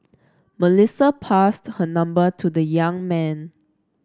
Melissa passed her number to the young man